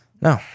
No